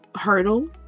hurdle